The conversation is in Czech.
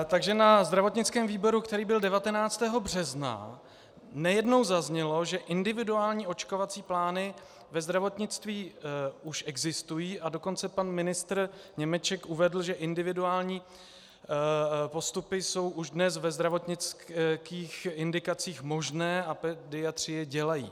Takže na zdravotnickém výboru, který byl 19. března, nejednou zaznělo, že individuální očkovací plány ve zdravotnictví už existují, a dokonce pan ministr Němeček uvedl, že individuální postupy jsou už dnes ve zdravotnických indikacích možné a pediatři je dělají.